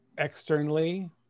Externally